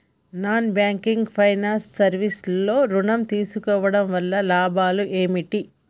Non banking finance service లో ఋణం తీసుకోవడం వల్ల లాభాలు ఏమిటి?